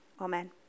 Amen